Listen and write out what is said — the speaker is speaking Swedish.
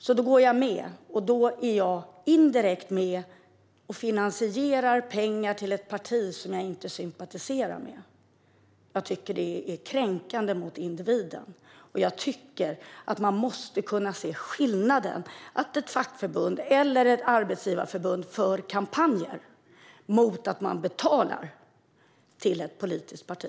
Man går med i facket, och då är man indirekt med och finansierar ett parti som man inte sympatiserar med. Jag tycker att det är kränkande mot individen. Man måste kunna se skillnad på att ett fackförbund eller ett arbetsgivarförbund för kampanjer och att betala till ett politiskt parti.